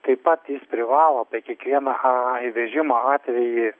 taip pat privalo apie kiekvieną aa įvežimo atvejį